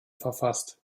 verfasst